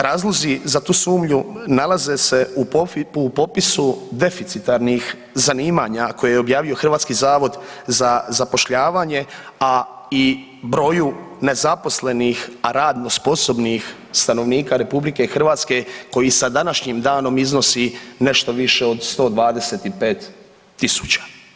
Razlozi za tu sumnju nalaze se u popisu deficitarnih zanimanja koje je objavio za Hrvatski zavod za zapošljavanje, a i broju nezaposlenih, a radno sposobnih stanovnika RH koji sa današnjim danom iznosi nešto više od 125.000.